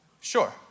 Sure